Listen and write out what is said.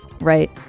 Right